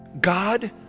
God